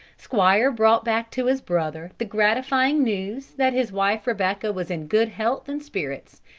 squire brought back to his brother the gratifying news that his wife rebecca was in good health and spirits,